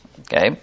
Okay